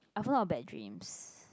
I've a lot of bad dreams